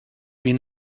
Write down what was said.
been